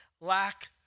lack